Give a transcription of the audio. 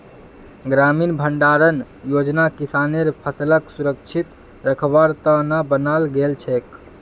ग्रामीण भंडारण योजना किसानेर फसलक सुरक्षित रखवार त न बनाल गेल छेक